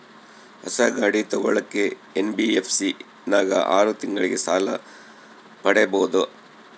ಹೊಸ ಗಾಡಿ ತೋಗೊಳಕ್ಕೆ ಎನ್.ಬಿ.ಎಫ್.ಸಿ ನಾಗ ಆರು ತಿಂಗಳಿಗೆ ಸಾಲ ಪಡೇಬೋದ?